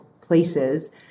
places